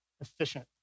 efficient